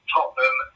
Tottenham